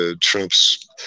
Trump's